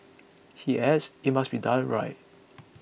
he adds it must be done right